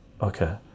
okay